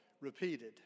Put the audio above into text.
repeated